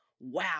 wow